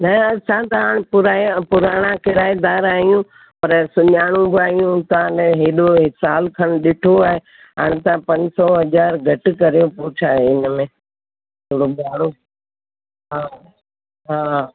न असां त हाणे पुराय हा पुराणा किरायेदार आहियूं पर सुञाणू बि आहियूं तव्हां अन हेॾो साल खनु ॾिठो आहे हाणे तव्हां पंज सौ हज़ार घटि करियो पोइ छाहे हिन में थोरो भाड़ो हा हा हा